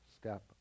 step